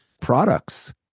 products